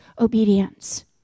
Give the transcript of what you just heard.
obedience